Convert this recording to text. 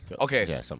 Okay